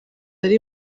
ari